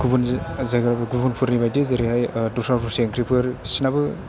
गुबुन जोङो गुबुन फोरनि बायदि जेरैहाय दस्रा दस्रि ओंख्रिफोर बिसिनाबो